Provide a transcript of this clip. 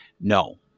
no